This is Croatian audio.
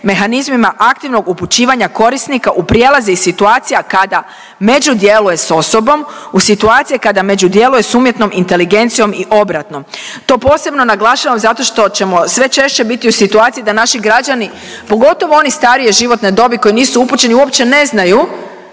mehanizmima aktivnog upućivanja korisnika u prijelaze i situacija kada među djeluje sa osobom, u situacije kada među djeluje sa umjetnom inteligencijom i obratno. To posebno naglašavam zato što ćemo sve češće biti u situaciji da naši građani pogotovo oni starije životne dobi koji nisu upućeni uopće ne znaju